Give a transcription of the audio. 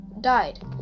Died